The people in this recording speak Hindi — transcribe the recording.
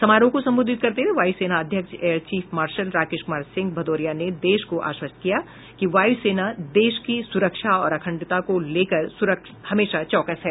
समारोह को संबोधित करते हुए वायुसेना अध्यक्ष air chief marshal Rakesh Kumar Singh Bhadauria ने देश को आश्वस्त किया कि वायु सेना देश की सुरक्षा और अखंडता को लेकर हमेशा चौकस है